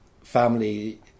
family